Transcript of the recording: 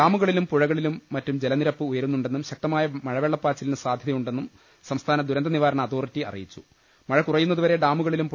ഡാമുകളിലും പുഴകളിലും മറ്റും ജലനിരപ്പ് ഉയരുന്നു ണ്ടെന്നും ശക്തമായ മഴവെളളപ്പാച്ചിലന് സാധ്യതയു ണ്ടെന്നും സംസ്ഥാന ദുരന്ത നിവാരണ അതോറിറ്റി അറിയി മഴ കുറിയുന്നതു വരെ ഡാമുകളിലും ച്ചു